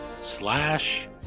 slash